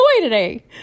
today